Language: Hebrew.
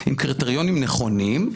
עם קריטריונים נכונים,